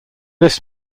this